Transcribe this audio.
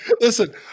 listen